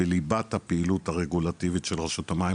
זה בליבת הפעילות הרגולטיבית של רשות המים,